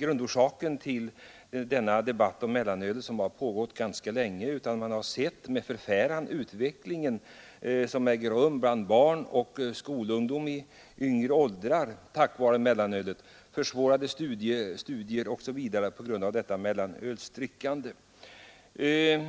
enda orsaken till den debatt om mellanölet som har pågått ganska länge. Man har med förfäran sett utvecklingen bland barn och skolungdom i yngre åldrar på grund av mellanölet: svårigheter att sköta studier osv.